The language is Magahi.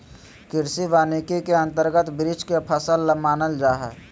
कृषि वानिकी के अंतर्गत वृक्ष के फसल मानल जा हइ